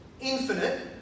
infinite